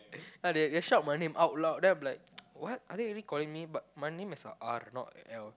ya they shout my name out loud then I'm like what are they really calling me but my name is a R not L